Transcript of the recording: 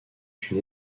une